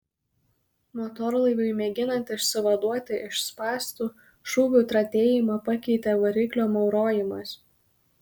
motorlaiviui mėginant išsivaduoti iš spąstų šūvių tratėjimą pakeitė variklio maurojimas